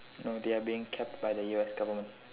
no they are being kept by the U_S government